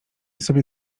sobie